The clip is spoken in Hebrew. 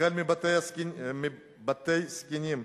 החל מבתי-זקנים,